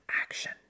action